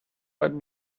but